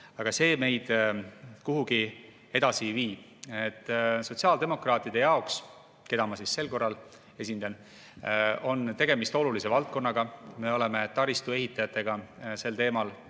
Aga see meid kuhugi edasi ei vii. Sotsiaaldemokraatide jaoks, keda ma sel korral esindan, on tegemist olulise valdkonnaga. Me oleme taristuehitajatega sel teemal